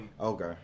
Okay